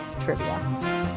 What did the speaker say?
trivia